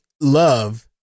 love